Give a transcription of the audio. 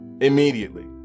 Immediately